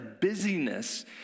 busyness